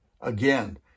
Again